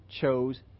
chose